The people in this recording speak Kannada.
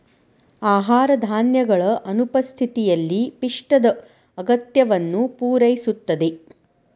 ಆಹಾರ ಧಾನ್ಯಗಳ ಅನುಪಸ್ಥಿತಿಯಲ್ಲಿ ಪಿಷ್ಟದ ಅಗತ್ಯವನ್ನು ಪೂರೈಸುತ್ತದೆ